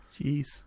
Jeez